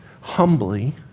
humbly